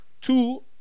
Two